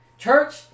Church